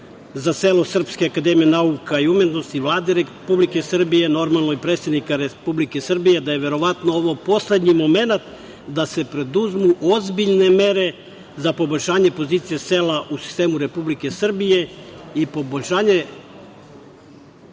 za selo Srpske akademije nauka i umetnosti, Vlade Republike Srbije, normalno, i predsednika Republike Srbije, da je verovatno ovo poslednji momenat da se preduzmu ozbiljne mere za poboljšanje pozicije sela u sistemu Republike Srbije i poboljšanje